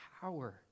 power